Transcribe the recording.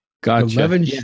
gotcha